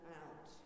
out